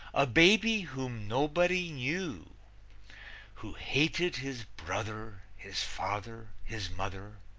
a baby whom nobody knew who hated his brother, his father, his mother,